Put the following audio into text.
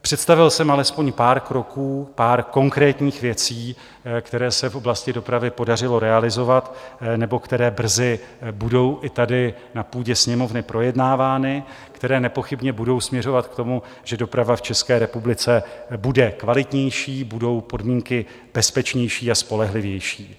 Představil jsem alespoň pár kroků, pár konkrétních věcí, které se v oblasti dopravy podařilo realizovat nebo které brzy budou i tady na půdě Sněmovny projednávány, které nepochybně budou směřovat k tomu, že doprava v České republice bude kvalitnější, budou podmínky bezpečnější a spolehlivější.